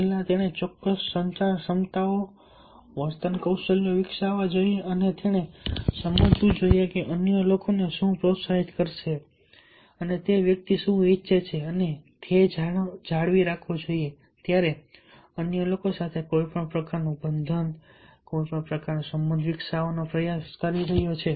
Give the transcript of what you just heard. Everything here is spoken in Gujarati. પહેલા તેણે ચોક્કસ સંચાર ક્ષમતાઓ વર્તન કૌશલ્યો વિકસાવવા જોઈએ અને તેણે સમજવું જોઈએ કે અન્ય લોકોને શું પ્રોત્સાહિત કરશે વ્યક્તિ શું ઈચ્છે છે અને ધ્યેય જાળવી રાખવો જોઈએ ત્યારે તે અન્ય લોકો સાથે કોઈ પ્રકારનું બંધન કોઈ પ્રકારનો સંબંધ વિકસાવવાનો પ્રયાસ કરી રહ્યો છે